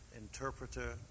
interpreter